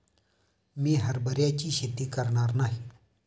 मी हरभऱ्याची शेती करणार नाही